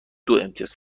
دوامتیاز